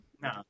No